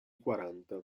quaranta